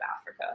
Africa